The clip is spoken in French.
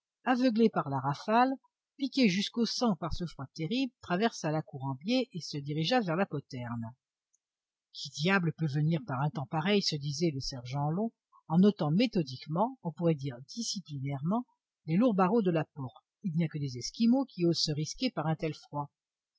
aveuglé par la rafale piqué jusqu'au sang par ce froid terrible traversa la cour en biais et se dirigea vers la poterne qui diable peut venir par un temps pareil se disait le sergent long en ôtant méthodiquement on pourrait dire disciplinairement les lourds barreaux de la porte il n'y a que des esquimaux qui osent se risquer par un tel froid